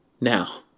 Now